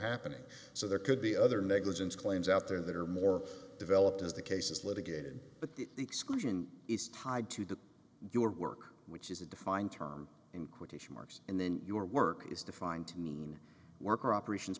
happening so there could be other negligence claims out there that are more developed as the cases litigated but the exclusion is tied to the your work which is a defined term in quotation marks and then your work is defined to mean work or operations